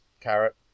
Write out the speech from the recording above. Carrot